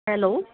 hello